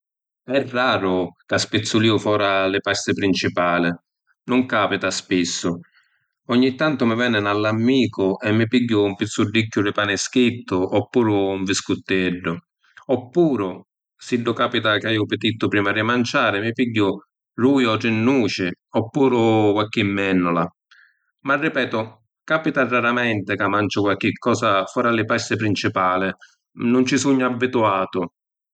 E’ raru ca spizzulìu fôra li pasti principali. Nun capita spissu. Ogni tantu mi veni n’allamicu e mi pigghiu un pizzuddicchiu di pani schittu, oppuru un viscutteddu. Oppuru, siddu capita chi haiu pitittu prima di manciàri, mi pigghiu dui o tri nuci, oppuru qualchi mènnula. Ma, ripetu, capita raramenti ca manciu qualchi cosa fôra li pasti principali, nun ci sugnu abbituatu.